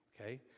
okay